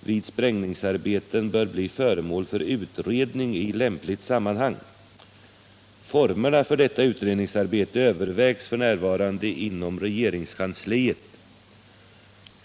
vid sprängningsarbeten bör bli föremål för utredning i lämpligt sammanhang. Formerna för detta utredningsarbete övervägs f.n. inom regeringskansliet.